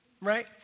right